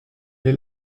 est